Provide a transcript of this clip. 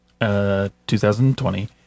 2020